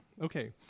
okay